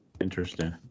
Interesting